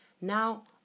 Now